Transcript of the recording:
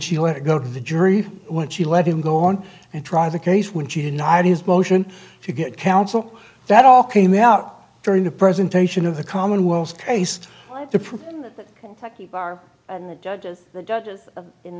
she let it go to the jury when she let him go on and try the case when she denied his motion to get counsel that all came out during the presentation of the commonwealth's case to prove like you are and the judges the judges in